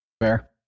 Fair